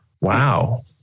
Wow